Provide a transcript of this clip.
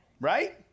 Right